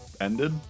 ended